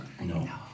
No